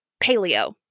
paleo